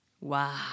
Wow